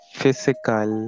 physical